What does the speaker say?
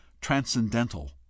transcendental